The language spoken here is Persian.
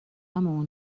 مون